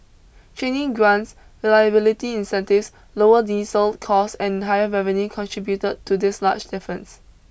training grants reliability incentives lower diesel costs and higher revenue contributed to this large difference